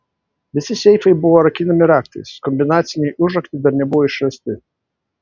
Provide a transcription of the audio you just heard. visi seifai buvo rakinami raktais kombinaciniai užraktai dar nebuvo išrasti